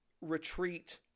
retreat